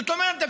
זאת אומרת,